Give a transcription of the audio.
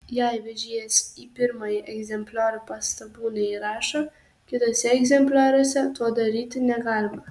jei vežėjas į pirmąjį egzempliorių pastabų neįrašo kituose egzemplioriuose to daryti negalima